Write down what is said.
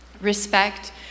respect